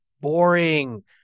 boring